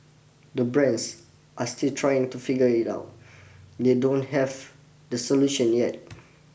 the brands are still trying to figure it out they don't have the solution yet